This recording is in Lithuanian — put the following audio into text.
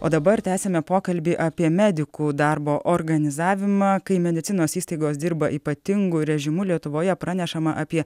o dabar tęsiame pokalbį apie medikų darbo organizavimą kai medicinos įstaigos dirba ypatingu režimu lietuvoje pranešama apie